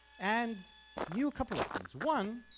and knew a couple of things one